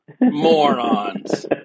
morons